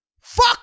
Fuck